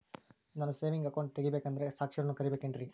ನಾನು saving account ತೆಗಿಬೇಕಂದರ ಸಾಕ್ಷಿಯವರನ್ನು ಕರಿಬೇಕಿನ್ರಿ?